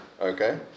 Okay